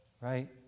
right